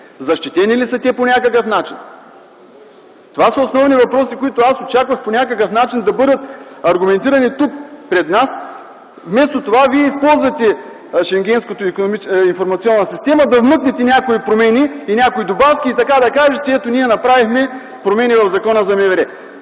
Защитени ли са те по някакъв начин? Това са основни въпроси, които аз очаквах по някакъв начин да бъдат аргументирани тук, пред нас. Вместо това Вие използвате Шенгенската информационна система, за да вмъкнете някои промени и някои добавки и така да кажете: „Ето, ние направихме промени в Закона за МВР”.